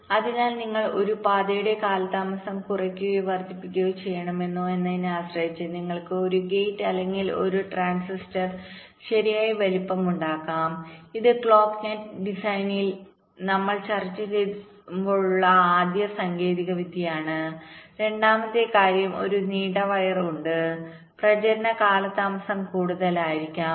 അതിനാൽ നിങ്ങൾ ഒരു പാതയുടെ കാലതാമസം കുറയ്ക്കുകയോ വർദ്ധിപ്പിക്കുകയോ ചെയ്യണമോ എന്നതിനെ ആശ്രയിച്ച് നിങ്ങൾക്ക് ഒരു ഗേറ്റ് അല്ലെങ്കിൽ ഒരു ട്രാൻസിസ്റ്റർ ശരിയായി വലുപ്പമുണ്ടാകാം ഇത് ക്ലോക്ക് നെറ്റ് ഡിസൈനിൽ നമ്മൾ ചർച്ച ചെയ്യുമ്പോഴുള്ള ആദ്യ സാങ്കേതികതയാണ് രണ്ടാമത്തെ കാര്യം ഒരു നീണ്ട വയർ ഉണ്ട് പ്രചരണ കാലതാമസം കൂടുതലായിരിക്കാം